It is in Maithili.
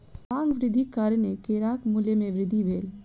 मांग वृद्धिक कारणेँ केराक मूल्य में वृद्धि भेल